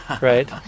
Right